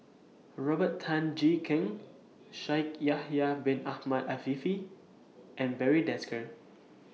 Robert Tan Jee Keng Shaikh Yahya Bin Ahmed Afifi and Barry Desker